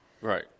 Right